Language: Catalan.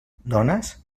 dones